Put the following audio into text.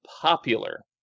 popular